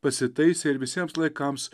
pasitaisė ir visiems laikams